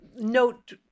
Note